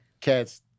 cats